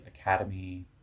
academy